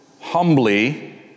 humbly